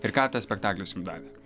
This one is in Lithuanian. ir ką tas spektaklis jum davė